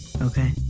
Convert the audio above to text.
Okay